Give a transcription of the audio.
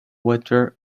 water